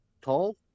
tall